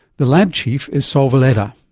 the lab chief is saul villeda.